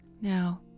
Now